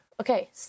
Okay